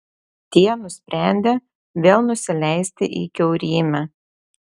tie nusprendė vėl nusileisti į kiaurymę